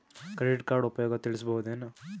Credit card ಉಪಯೋಗ ತಿಳಸಬಹುದೇನು?